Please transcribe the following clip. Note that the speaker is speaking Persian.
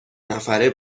نفره